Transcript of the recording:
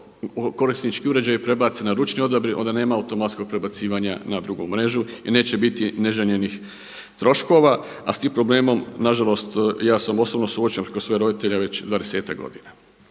se korisnički uređaji prebace na ručni odabir onda nema automatskog prebacivanja na drugu mrežu i neće biti neželjenih troškova. A s tim problemom na žalost ja sam osobno suočen preko svojih roditelja već dvadesetak